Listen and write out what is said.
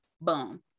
Boom